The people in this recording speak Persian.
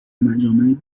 مجامع